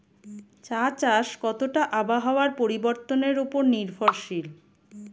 চা চাষ কতটা আবহাওয়ার পরিবর্তন উপর নির্ভরশীল?